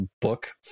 book